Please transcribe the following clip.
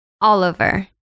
Oliver